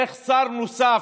איך שר נוסף